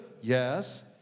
Yes